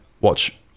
watch